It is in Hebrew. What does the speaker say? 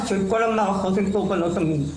של כל המערכות אל קורבנות עבירות המין.